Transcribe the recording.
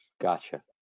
Gotcha